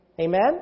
Amen